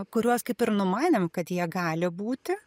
kuriuos kaip ir numanėm kad jie gali būti